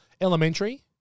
Elementary